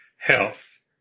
health